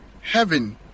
heaven